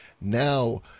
Now